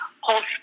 hold